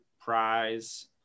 Prize